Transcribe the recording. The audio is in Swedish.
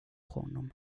honom